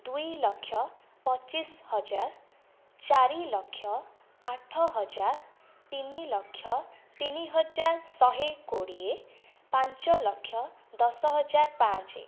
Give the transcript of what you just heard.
ଦୁଇଲକ୍ଷ ପଚିଶହଜାର ଚାରିଲକ୍ଷ ଆଠହଜାର ତିନିଲକ୍ଷ ତିନିହଜାର ଶହେ କୋଡ଼ିଏ ପାଞ୍ଚଲକ୍ଷ ଦଶହଜାର ପାଞ୍ଚ